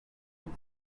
and